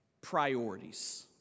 priorities